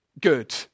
good